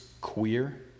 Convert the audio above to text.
queer